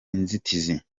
inzitizi